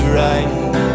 right